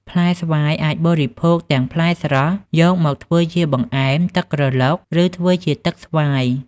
ផ្លែស្វាយអាចបរិភោគទាំងផ្លែស្រស់ យកមកធ្វើជាបង្អែម ទឹកក្រឡុក ឬធ្វើជាទឹកស្វាយ។